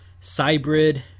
Cybrid